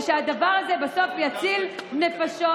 ושהדבר הזה בסוף יציל נפשות.